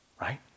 right